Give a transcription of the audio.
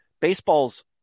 Baseball's